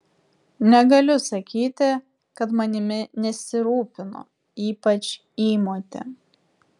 negaliu sakyti kad manimi nesirūpino ypač įmotė